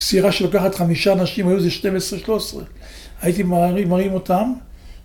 סירה שלוקחת חמישה אנשים, היו איזה 12, 13, הייתי מערים מרים אותם.